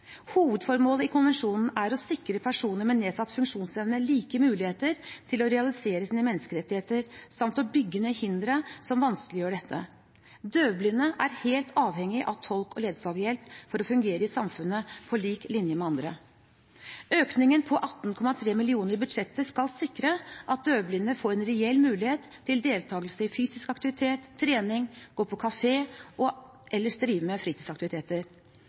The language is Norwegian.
Hovedformålet i konvensjonen er å sikre personer med nedsatt funksjonsevne like muligheter til å realisere sine menneskerettigheter samt å bygge ned hindre som vanskeliggjør dette. Døvblinde er helt avhengig av tolke- og ledsagerhjelp for å fungere i samfunnet på lik linje med andre. Økningen på 18,3 mill. kr i budsjettet skal sikre at døvblinde får en reell mulighet til deltakelse i fysisk aktivitet, trening, gå på kafé og ellers drive med fritidsaktiviteter.